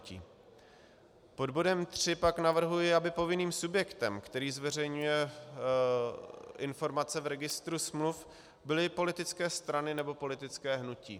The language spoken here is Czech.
Pod bodem 3 pak navrhuji, aby povinným subjektem, který zveřejňuje informace v Registru smluv, byly politické strany nebo politická hnutí.